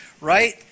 right